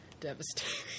Devastating